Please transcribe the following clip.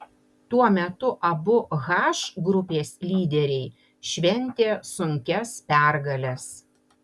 tuo metu abu h grupės lyderiai šventė sunkias pergales